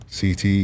CT